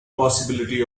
possibility